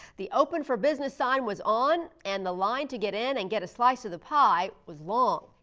the open for business sign was on and the line to get in and get a slice of the pie was long.